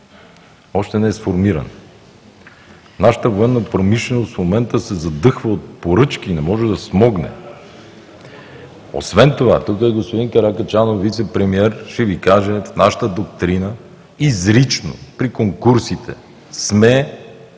Още не е сформиран. Нашата военна промишленост в момента се задъхва от поръчки и не може да смогне. Освен това, тук е господин Каракачанов – вицепремиер, ще Ви каже нашата доктрина, изрично при конкурсите сме